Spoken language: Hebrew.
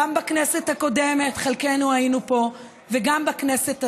גם בכנסת הקודמת, חלקנו היינו פה, וגם בכנסת הזאת.